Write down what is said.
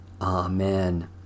Amen